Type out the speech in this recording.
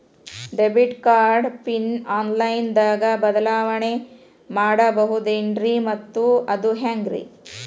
Debit card PIN online ದಾಗ ಬದಲಾವಣೆ ಮಾಡಬಹುದೇನ್ರಿ ಮತ್ತು ಅದು ಹೆಂಗ್ರಿ?